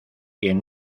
quien